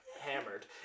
hammered